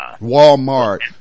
Walmart